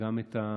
וגם את האימא.